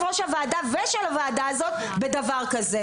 ראש הוועדה ושל הוועדה הזאת בדבר כזה,